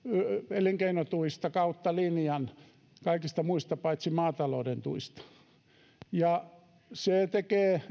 elinkeinotuista kautta linjan kaikista muista paitsi maatalouden tuista se tekee